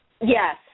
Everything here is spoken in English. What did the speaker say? Yes